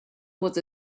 was